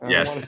Yes